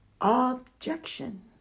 Objection